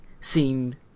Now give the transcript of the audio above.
seen